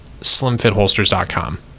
SlimFitHolsters.com